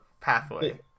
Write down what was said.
pathway